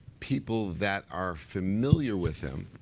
people that are familiar with him,